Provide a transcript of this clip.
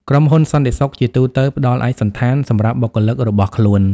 ក្រុមហ៊ុនសន្តិសុខជាទូទៅ ផ្តល់ឯកសណ្ឋាន សម្រាប់បុគ្គលិករបស់ខ្លួន។